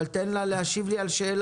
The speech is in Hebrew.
אבל תן לה להשיב לי על שאלה.